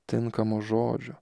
tinkamo žodžio